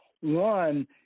One